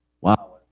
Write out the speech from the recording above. Wow